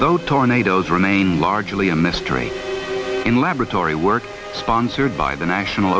though tornadoes remain largely a mystery in laboratory work sponsored by the national